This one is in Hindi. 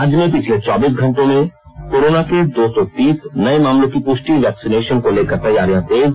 राज्य में पिछले चौबीस घंटों में कोरोना के दो सौ तीस नए मामलों की पुष्टि वैक्सीनेशन को लेकर तैयारियां तेज